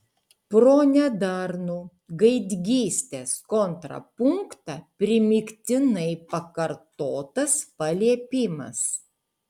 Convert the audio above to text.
pro nedarnų gaidgystės kontrapunktą primygtinai pakartotas paliepimas